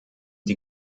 die